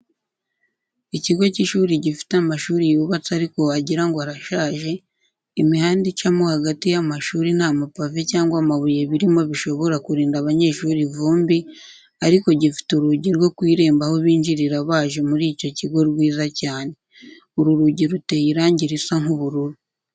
Ikigo cy'ishuri gifite amashuri yubatse ariko wagira ngo arashaje, imihanda icamo hagati y'amashuri nta mapave cyangwa amabuye birimo bishobora kurinda abanyeshuri ivumbi ariko gifite urugi rwo ku irembo aho binjirira baje muri icyo kigo rwiza cyane. Uru rugi ruteye irangi risa nk'ubururu.